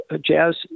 jazz